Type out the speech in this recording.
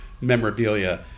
memorabilia